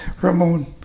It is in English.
Ramon